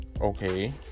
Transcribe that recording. Okay